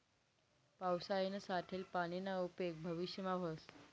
पावसायानं साठेल पानीना उपेग भविष्यमा व्हस